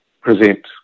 present